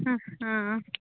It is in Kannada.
ಹಾಂ ಹಾಂ